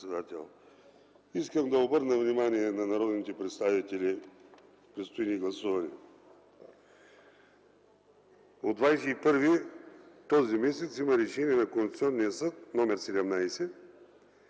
Искам да обърна внимание на народните представители, предстои ни гласуване. От 21-ви този месец има Решение на Конституционния съд, № 17